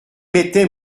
mettais